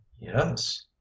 Yes